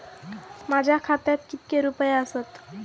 माझ्या खात्यात कितके रुपये आसत?